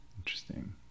Interesting